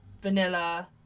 vanilla